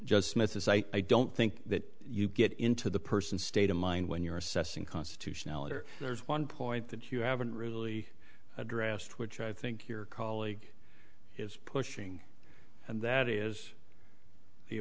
i i don't think that you get into the person's state of mind when you're assessing constitutionality or there's one point that you haven't really addressed which i think your colleague is pushing and that is the